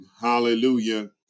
hallelujah